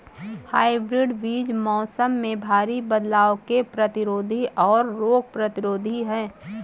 hybrid बीज मौसम में भारी बदलाव के प्रतिरोधी और रोग प्रतिरोधी हैं